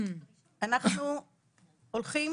אנחנו הולכים